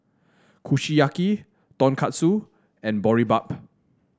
Kushiyaki Tonkatsu and Boribap